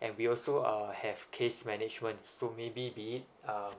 and we also have uh case managements so maybe be it um